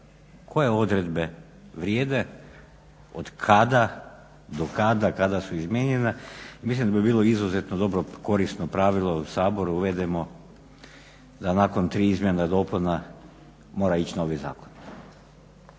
koje odredbe vrijede, od kada do kada , kada su izmijenjane. Mislim da bi bilo izuzetno dobro, korisno pravilo da u Sabor uvedemo da nakon tri izmjene i dopune mora ići novi zakon.